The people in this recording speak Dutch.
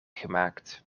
gemaakt